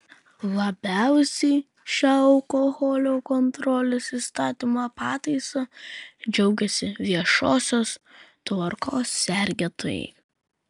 labiausiai šia alkoholio kontrolės įstatymo pataisa džiaugiasi viešosios tvarkos sergėtojai